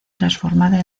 transformada